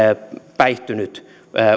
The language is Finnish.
päihtynyt